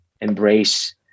embrace